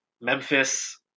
Memphis